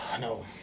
No